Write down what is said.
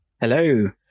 Hello